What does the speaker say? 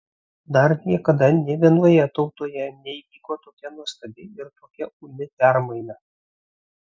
dar niekada nė vienoje tautoje neįvyko tokia nuostabi ir tokia ūmi permaina